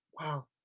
Wow